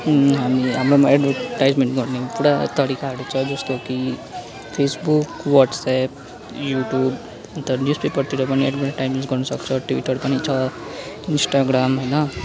हामी हाम्रोमा एड्भर्टिजमेन्ट गर्ने पुरा तरिकाहरू छ जस्तो कि फेसबुक वाट्सएप युट्युब अन्त न्युज पेपरतिर पनि एड्भर्टिजमेन्ट गर्न सक्छ ट्विटर पनि छ इन्स्टाग्राम होइन